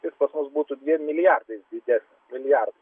jis pas mus būtų dviem milijardais didesnis milijardu